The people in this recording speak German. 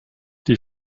die